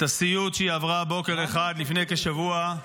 הסיוט שהיא עברה בוקר אחד לפני כשבוע,